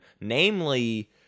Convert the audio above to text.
namely